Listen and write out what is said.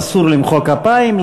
אסור למחוא כפיים,